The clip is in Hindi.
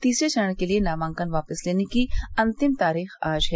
तीसरे चरण के लिए नामांकन वापस लेने की अंतिम तारीख आज है